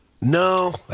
No